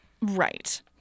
Right